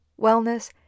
wellness